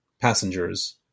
passengers